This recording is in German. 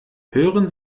hören